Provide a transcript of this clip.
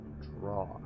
draw